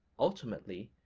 ultimately,